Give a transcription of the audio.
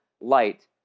light